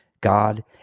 God